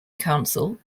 council